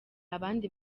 abandi